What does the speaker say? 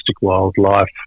wildlife